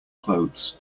clothes